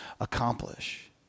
accomplish